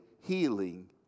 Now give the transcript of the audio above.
healing